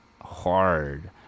hard